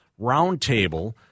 roundtable